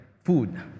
food